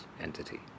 entity